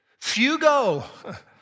Fugo